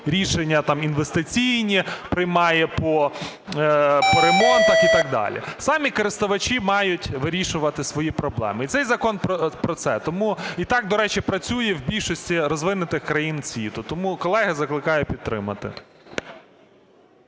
рішення там, інвестиційні приймає по ремонтах і так далі. Самі користувачі мають вирішувати свої проблеми. І цей закон про це. І так, до речі, працює в більшості розвинутих країн світу. Тому, колеги, закликаю підтримати.